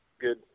Good